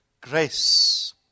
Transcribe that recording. grace